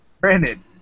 Brandon